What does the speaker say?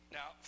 Now